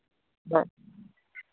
ᱦᱳᱭ